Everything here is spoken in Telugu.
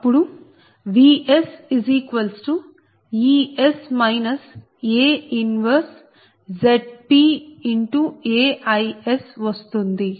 అప్పుడు VsEs A 1ZpA Is వస్తుంది